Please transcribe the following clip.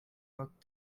lot